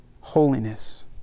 holiness